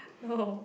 no